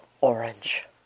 Orange